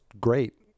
great